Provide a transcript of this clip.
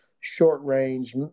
short-range